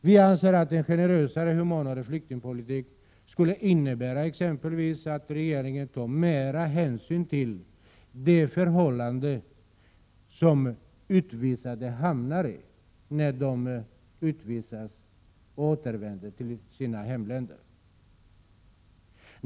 Vi anser att en generösare och humanare flyktingpolitik skulle innebära exempelvis att regeringen tar mera hänsyn till de förhållanden som utvisade Prot. 1987/88:133 hamnari när de återvänder till sina hemländer.